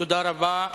תודה רבה.